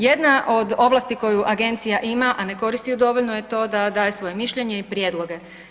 Jedna od ovlasti koju Agencija ima a ne koristi ju dovoljno je to da daje svoje mišljenje i prijedloge.